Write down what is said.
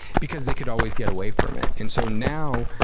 because they could always get away from it. and so now,